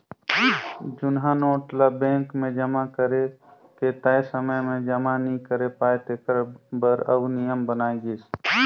जुनहा नोट ल बेंक मे जमा करे के तय समे में जमा नी करे पाए तेकर बर आउ नियम बनाय गिस